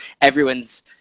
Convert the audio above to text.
Everyone's